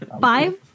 Five